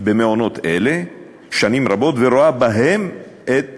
במעונות אלה שנים רבות ורואה בהם את